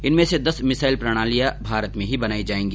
इनमें से दस मिसाइल प्रणालियां भारत में ही बनाई जायेंगी